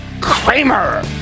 Kramer